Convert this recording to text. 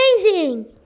amazing